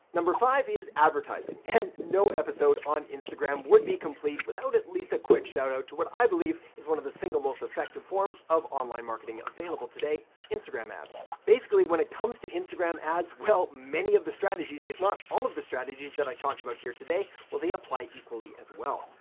number five is advertising and no episode on instagram would be complete without at least a quick shout out to what i believe is one of the single most effective forms of online marketing available today instagram ads. basically, when it comes to instagram ads, well, many of the strategies if not all of the strategies that i talked about here today well they apply equally as well.